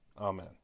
Amen